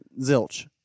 Zilch